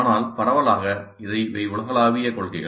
ஆனால் பரவலாக இவை உலகளாவிய கொள்கைகள்